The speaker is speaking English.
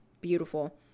beautiful